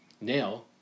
Now